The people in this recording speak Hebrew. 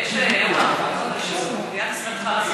מדינת ישראל צריכה לעשות מעשה.